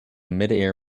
midair